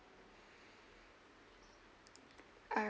alright